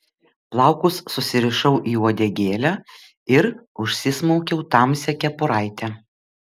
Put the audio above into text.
plaukus susirišau į uodegėlę ir užsismaukiau tamsią kepuraitę